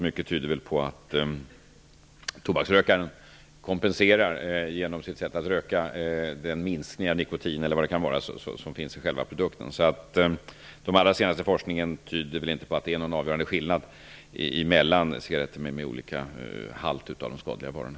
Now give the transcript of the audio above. Mycket tyder på att tobaksrökaren kompenserar den minskning av nikotin som finns i själva produkten genom sitt sätt att röka. Den allra senaste forskningen tyder inte på att det finns någon avgörande skillnad mellan cigaretter med olika halt av de skadliga ämnena.